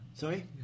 Sorry